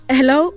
Hello